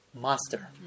master